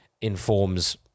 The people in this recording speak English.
informs